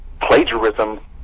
plagiarism